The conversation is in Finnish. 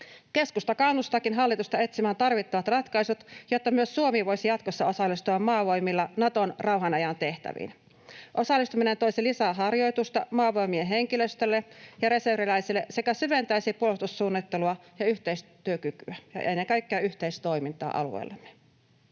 Keskusta kannustaakin hallitusta etsimään tarvittavat ratkaisut, jotta myös Suomi voisi jatkossa osallistua maavoimilla Naton rauhanajan tehtäviin. Osallistuminen toisi lisää harjoitusta Maavoimien henkilöstölle ja reserviläisille sekä syventäisi puolustussuunnittelua ja yhteistyökykyä ja ennen kaikkea yhteistoimintaa alueellamme.